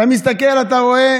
אתה מסתכל, אתה רואה